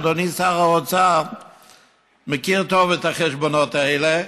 אדוני שר האוצר מכיר טוב את החשבונות האלה.